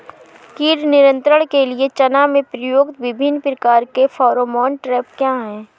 कीट नियंत्रण के लिए चना में प्रयुक्त विभिन्न प्रकार के फेरोमोन ट्रैप क्या है?